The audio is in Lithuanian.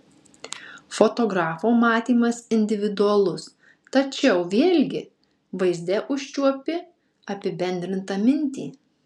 fotografo matymas individualus tačiau vėlgi vaizde užčiuopi apibendrintą mintį